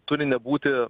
turi nebūti